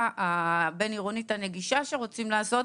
הבין-עירונית הנגישה שרוצים לעשות,